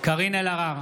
קארין אלהרר,